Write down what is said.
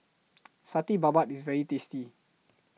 Satay Babat IS very tasty